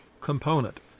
Component